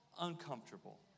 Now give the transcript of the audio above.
uncomfortable